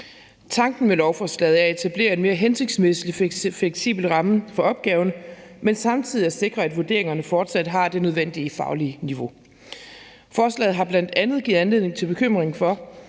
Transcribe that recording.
Tanken med lovforslaget er at etablere en mere hensigtsmæssig og fleksibel ramme for opgaven, men samtidig at sikre, at vurderingerne fortsat har det nødvendige faglige niveau. Forslaget har bl.a. givet anledning til bekymring for,